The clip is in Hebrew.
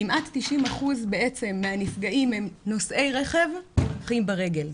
כמעט 90% מהנפגעים הם נוסעי רכב והולכים ברגל,